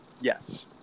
Yes